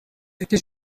تکه